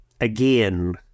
again